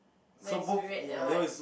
mine is red and white